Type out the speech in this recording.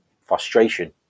frustration